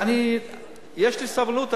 יש לי סבלנות,